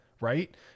right